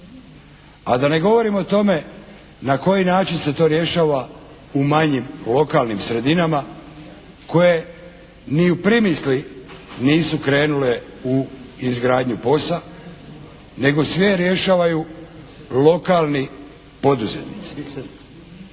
A da ne govorim o tome na koji način se to rješava u manjim lokalnim sredinama koje ni u primisli nisu krenule u izgradnju POS-a, nego sve rješavaju lokalni poduzetnici,